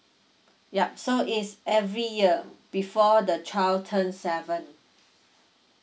yup so it's every year before the child turns seven